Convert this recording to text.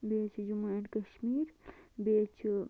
بیٚیہِ چھُ جَموٗں اینٛڈ کَشمیٖر بیٚیہٕ چھُ